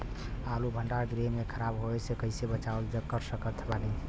आलू भंडार गृह में खराब होवे से कइसे बचाव कर सकत बानी?